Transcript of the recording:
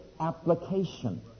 application